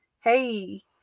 Hey